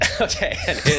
okay